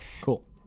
cool